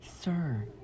sir